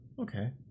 Okay